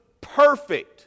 perfect